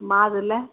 மாதுளை